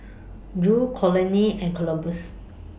Judd Conley and Columbus